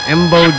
Embo